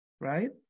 right